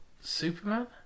Superman